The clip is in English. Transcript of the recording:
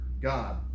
God